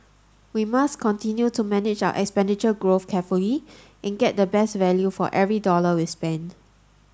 we must continue to manage our expenditure growth carefully and get the best value for every dollar we spend